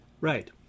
Right